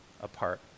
apart